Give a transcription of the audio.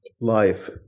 life